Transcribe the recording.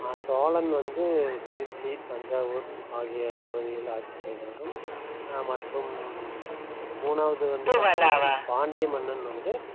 சோழன் வந்து திருச்சி தஞ்சாவூர் ஆகிய பகுதிகளை ஆட்சி செய்தவரும் மற்றும் மூணாவது வந்து பார்த்திங்னா பாண்டிய மன்னன் வந்து